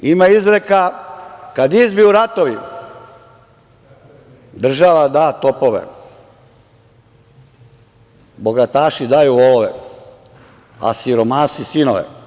Ima izreka - kad izbiju ratovi, država da topove, bogataši daju volove, a siromasi sinove.